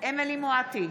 אמילי חיה מואטי,